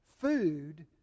Food